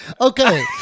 Okay